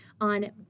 on